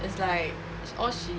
it's like all she